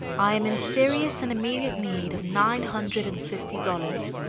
i am in serious and immediate need of nine hundred and fifty dollars.